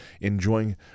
enjoying